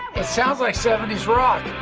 it sounds like seventy s rock.